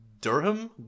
Durham